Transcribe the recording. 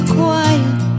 quiet